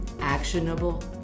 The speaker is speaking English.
actionable